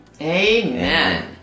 Amen